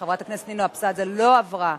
נתקבלה.